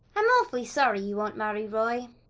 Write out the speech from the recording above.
i'm awfully sorry you won't marry roy,